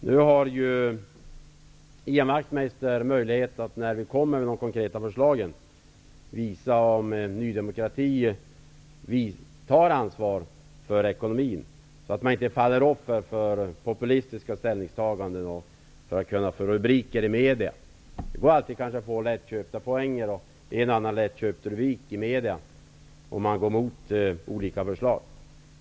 Nu har ju Ian Wachtmeister möjlighet, när vi kommer med de konkreta förslagen, att visa om Ny demokrati tar ansvar för ekonomin, så att man inte faller offer för populistiska ställningstaganden för att få rubriker i media. Det går alltid att få lättköpta poänger och rubriker i media om man går emot olika förslag.